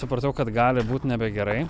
supratau kad gali būt nebegerai